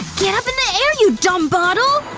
get up in the air you dumb bottle!